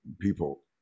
people